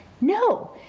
No